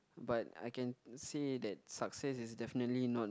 but I can see that success is definitely not